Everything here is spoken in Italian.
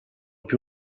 più